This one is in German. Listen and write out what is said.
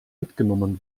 mitgenommen